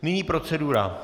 Nyní procedura.